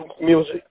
music